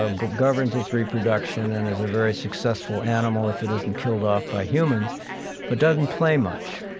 ah governs its reproduction, and is a very successful animal if it isn't killed off by humans but doesn't play much.